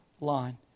line